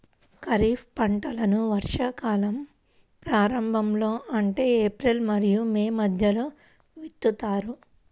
ఖరీఫ్ పంటలను వర్షాకాలం ప్రారంభంలో అంటే ఏప్రిల్ మరియు మే మధ్యలో విత్తుతారు